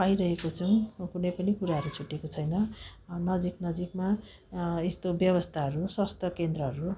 पाइरहेको छौँ कुनै पनि कुराहरू छुटेको छैन नजिक नजिकमा यस्तो व्यवस्थाहरू स्वास्थ्य केन्द्रहरू